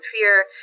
fear